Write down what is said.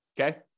Okay